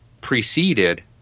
preceded